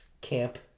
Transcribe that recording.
camp